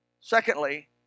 Secondly